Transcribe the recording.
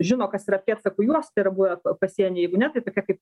žino kas yra pėdsakų juosta yra buvę pasieny jeigu ne tai tokia kaip